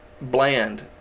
bland